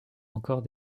encore